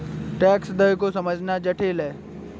tax दर को समझना जटिल है